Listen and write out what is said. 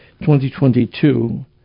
2022